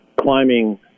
climbing